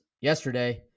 yesterday